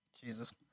jesus